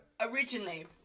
originally